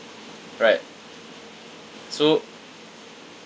right so